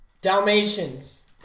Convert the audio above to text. Dalmatians